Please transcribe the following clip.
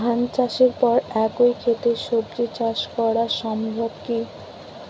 ধান চাষের পর একই ক্ষেতে সবজি চাষ করা সম্ভব কি?